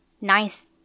nice